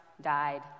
died